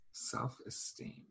self-esteem